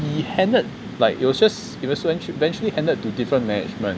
he handled like it was just it was eventually handed to different management